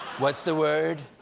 what's the word?